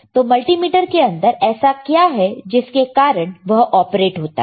तो मल्टीमीटर के अंदर ऐसा क्या है जिसके कारण वह ऑपरेट होता है